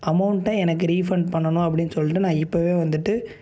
அமௌண்ட்டை எனக்கு ரீஃபண்ட் பண்ணனும் அப்படின்னு சொல்லிவிட்டு நான் இப்போவே வந்துவிட்டு